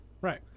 Right